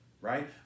Right